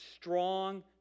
strong